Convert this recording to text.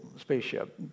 spaceship